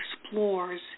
explores